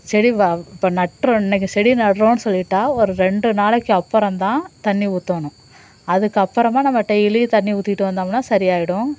செடி வா இப்போ நட்டுருவேன் இன்னைக்கு செடி நட்டுரோன்னு சொல்லிவிட்டா ஒரு ரெண்டு நாளைக்கு அப்புறந்தான் தண்ணி ஊத்தணும் அதுக்கப்பறமாக நம்ம டெய்லியும் தண்ணி ஊற்றிட்டு வந்தோம்னா சரி ஆயிடும்